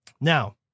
Now